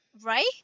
Right